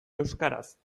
euskaraz